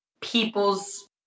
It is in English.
people's